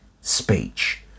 speech